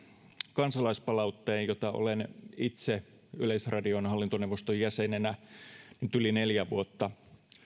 kansalaispalautteen jota olen itse yleisradion hallintoneuvoston jäsenenä nyt yli neljä vuotta